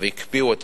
הקפיאו את